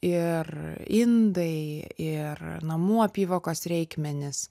ir indai ir namų apyvokos reikmenys